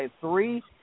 three